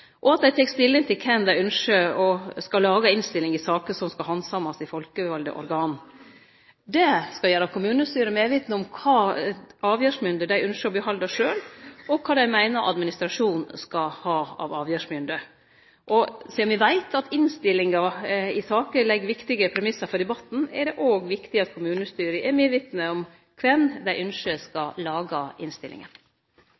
og at dei tek stilling til kven dei ynskjer skal lage innstilling i saker som skal handsamast i folkevalde organ. Det skal gjere kommunestyra medvitne om kva avgjerdsmynde dei ynskjer å behalde sjølve, og kva dei meiner administrasjonen skal ha av avgjerdsmynde. Sidan me veit at innstillinga i saker legg viktige premissar for debatten, er det òg viktig at kommunestyra er medvitne om kven dei ynskjer